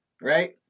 right